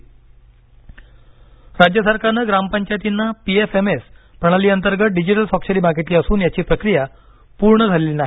आंदोलन इशारा राज्य सरकारनं ग्रामपंचायतींना पीएफएमएस प्रणालीअंतर्गत डिजीटल स्वाक्षरी मागीतली असून याची प्रक्रिया पूर्ण झालेली नाही